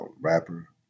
rapper